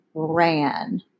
ran